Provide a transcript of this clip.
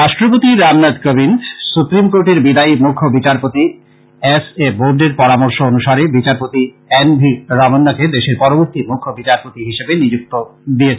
রাষ্ট্রপতি রামনাথ কোবিন্দ সুপ্রীম কোর্টের বিদায়ী মুখ্য বিচারপতি এস এ বোবডের পরামর্শ অনুসারে বিচারপতি এন ভি রামান্নাকে দেশের পরবর্তী মখ্য বিচারপতি হিসেবে নিযুক্তি দিয়েছেন